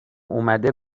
اومده